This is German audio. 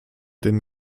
den